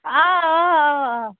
آ آ آ